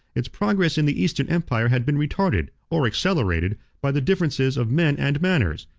its progress in the eastern empire had been retarded, or accelerated, by the differences of men and manners,